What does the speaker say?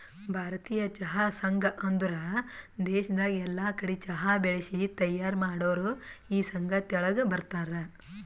ಭಾರತೀಯ ಚಹಾ ಸಂಘ ಅಂದುರ್ ದೇಶದಾಗ್ ಎಲ್ಲಾ ಕಡಿ ಚಹಾ ಬೆಳಿಸಿ ತೈಯಾರ್ ಮಾಡೋರ್ ಈ ಸಂಘ ತೆಳಗ ಬರ್ತಾರ್